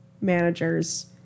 managers